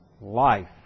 life